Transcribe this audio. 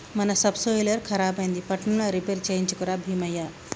మన సబ్సోయిలర్ ఖరాబైంది పట్నంల రిపేర్ చేయించుక రా బీమయ్య